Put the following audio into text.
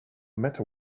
matter